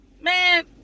man